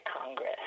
Congress